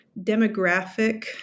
demographic